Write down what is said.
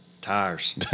Tires